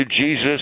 Jesus